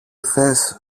θες